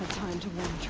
time to warn